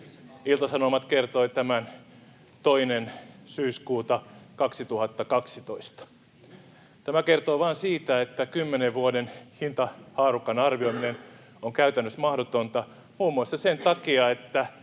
Ilta-Sanomat kertoi tämän 2. syyskuuta 2012. Tämä kertoo vain siitä, että kymmenen vuoden hintahaarukan arvioiminen on käytännössä mahdotonta, muun muassa sen takia, että